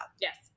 Yes